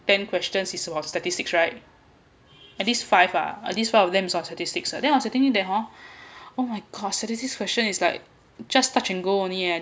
ten questions is about statistics right at least five ah at least five of them is statistics then I was thinking that hor oh my gosh statistics question is like just touch and go only eh